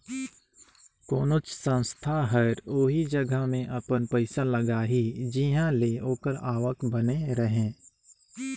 कोनोच संस्था हर ओही जगहा में अपन पइसा लगाही जिंहा ले ओकर आवक बने रहें